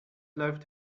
läuft